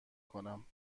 کنم